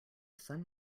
sun